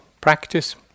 practice